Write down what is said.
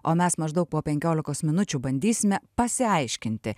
o mes maždaug po penkiolikos minučių bandysime pasiaiškinti